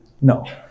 no